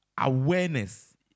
awareness